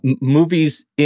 movies